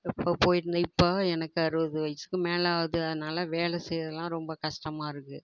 இப்போது போயிருந்தால் இப்போது எனக்கு அறுபது வயதுக்கு மேல் ஆகுது அதனால வேலை செய்கிறதுலாம் ரொம்ப கஷ்டமா இருக்குது